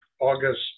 August